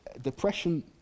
depression